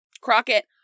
Crockett